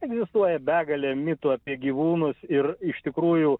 egzistuoja begalė mitų apie gyvūnus ir iš tikrųjų